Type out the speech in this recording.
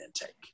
intake